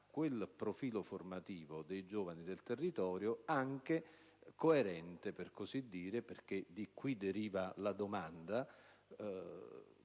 quel profilo formativo dei giovani del territorio anche coerente con un'antica tradizione - perché da qui deriva la domanda